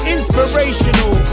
Inspirational